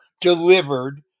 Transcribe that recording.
delivered